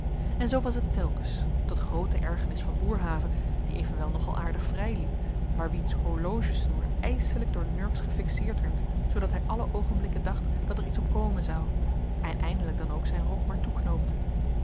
en zoo was het telkens tot groote ergernis van boerhave die evenwel nog al aardig vrijliep maar wiens horlogesnoer ijselijk door nurks gefixeerd werd zoodat hij alle oogenblikken dacht dat er iets op komen zou en eindelijk dan ook zijn rok